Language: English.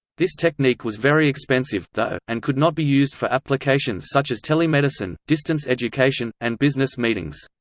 this technique was very expensive, though, and could not be used for applications such as telemedicine, distance education, and business meetings.